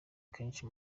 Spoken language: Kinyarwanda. kenshi